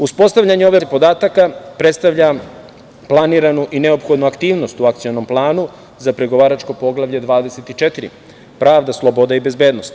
Uspostavljanje ove baze podataka predstavlja planiranu i neophodnu aktivnost u akcionom planu za pregovaračko Poglavlje 24 - Pravda, sloboda i bezbednost.